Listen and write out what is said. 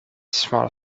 small